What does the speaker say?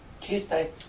Tuesday